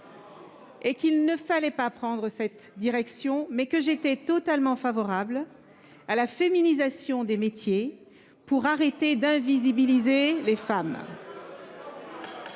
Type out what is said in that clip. et qu'il ne fallait pas prendre cette direction, mais que j'étais totalement favorable à la féminisation des noms de métiers afin de cesser d'invisibiliser les femmes.